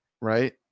right